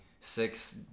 six